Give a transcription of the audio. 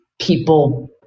people